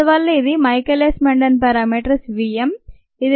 అందువల్ల ఇవి Michaelis Menten parameters v m ఇది నిమిషానికి 0